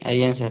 ଆଜ୍ଞା ସାର୍